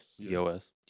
EOS